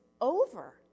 over